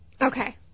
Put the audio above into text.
Okay